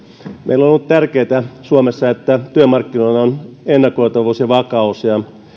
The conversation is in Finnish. meillä on ollut tärkeätä suomessa että työmarkkinoilla on ennakoitavuus ja vakaus ja